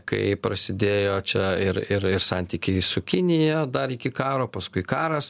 kai prasidėjo čia ir ir ir ir santykiai su kinija dar iki karo paskui karas